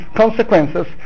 consequences